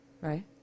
Right